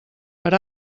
per